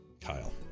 Kyle